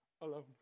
alone